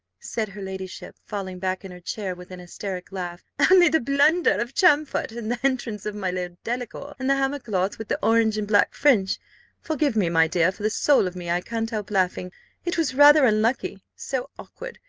said her ladyship, falling back in her chair with an hysteric laugh, only the blunder of champfort, and the entrance of my lord delacour, and the hammercloth with the orange and black fringe forgive me, my dear for the soul of me i can't help laughing it was rather unlucky so awkward,